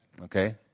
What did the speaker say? Okay